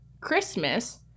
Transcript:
Christmas